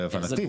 להבנתי.